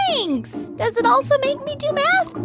thanks. does it also make me do math?